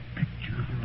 picture